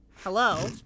hello